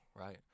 Right